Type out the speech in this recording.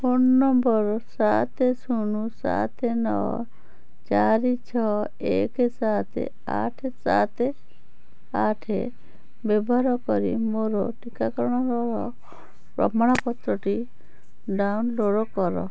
phone number ସାତ ଶୂନ ସାତ ନଅ ଚାରି ଛଅ ଏକ ସାତ ଆଠ ସାତ ଆଠ ବ୍ୟବହାର କରି ମୋର ଟିକାକରଣର ପ୍ରମାଣପତ୍ରଟି ଡାଉନଲୋଡ଼୍ କର